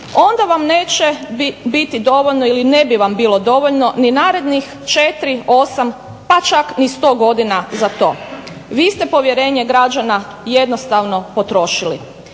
onda vam neće biti dovoljno ili ne bi vam bilo dovoljno ni narednih 4, 8 pa čak ni 100 godina za to. Vi ste povjerenje građana jednostavno potrošili.